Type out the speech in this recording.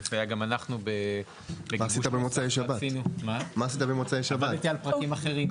זה פשוט מייצר לנו בעיות עם דברים אחרים.